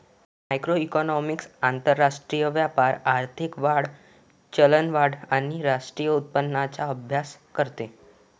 macroeconomics आंतरराष्ट्रीय व्यापार, आर्थिक वाढ, चलनवाढ आणि राष्ट्रीय उत्पन्नाचा अभ्यास करते